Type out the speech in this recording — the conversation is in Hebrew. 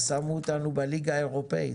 אז שמו אותנו בליגה האירופאית.